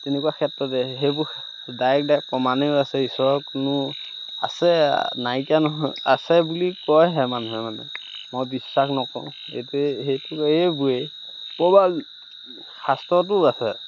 তেনেকুৱা ক্ষেত্ৰতে সেইবোৰ ডাইৰেক্ট ডাইৰেক্ট প্ৰমাণেই আছে ঈশ্বৰৰ কোনো আছে নাইকিয়া নহয় আছে বুলি কয়হে মানুহে মানে মই বিশ্বাস নকৰোঁ এইটোৱে সেইটো এইবোৰেই ক'ৰবাত শাস্ত্ৰটো আছে